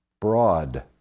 broad